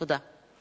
תודה.